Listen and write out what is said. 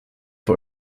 für